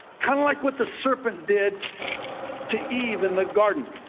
kind of like what the serpent did to eve in the garden.